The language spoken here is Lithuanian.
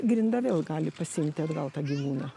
grinda vėl gali pasiimti atgal tą gyvūną